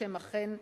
שהם אכן קשים.